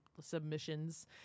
submissions